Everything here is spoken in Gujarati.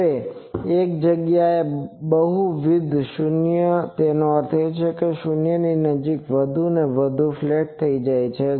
હવે એક જગ્યાએ બહુવિધ શૂન્યનો અર્થ છે કે તે શૂન્યની નજીક વધુ અને વધુ ફ્લેટ થઈ જાય છે